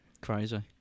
crazy